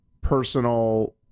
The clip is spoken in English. personal